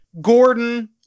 Gordon